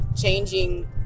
changing